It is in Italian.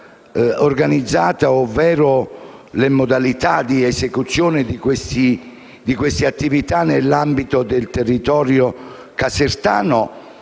organizzata, ovvero le modalità di esecuzione delle sue attività, nell'ambito del territorio casertano,